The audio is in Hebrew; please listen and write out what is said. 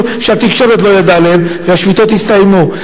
התקשורת לא ידעה עליהן והשביתות הסתיימו.